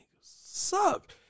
suck